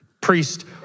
priest